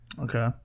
Okay